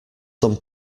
some